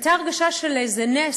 והייתה הרגשה של איזה נס,